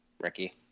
Ricky